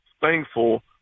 thankful